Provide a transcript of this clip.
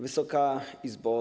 Wysoka Izbo!